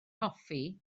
hoffi